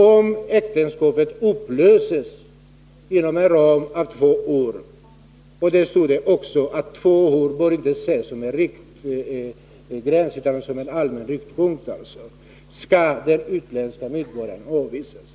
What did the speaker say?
Om äktenskapet upplöses inom två år — det står också att två år inte bör ses som en gräns utan som en allmän riktpunkt — skall den utländska medborgaren avvisas.